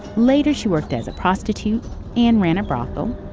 later she worked as a prostitute and ran a brothel.